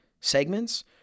segments